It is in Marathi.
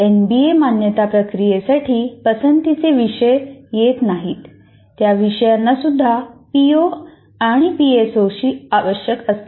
एनबीए मान्यता प्रक्रियेसाठी पसंतीचे विषय येत नाहीत त्या विषयांना सुद्धा पीओ आणि पीएसओशी आवश्यक असतात